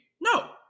No